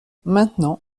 maintenant